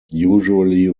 usually